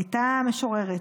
הייתה משוררת.